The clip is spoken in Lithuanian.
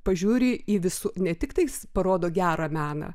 pažiūri į visų ne tiktai parodo gerą meną